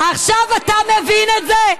עכשיו אתה מבין את זה?